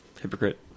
Hypocrite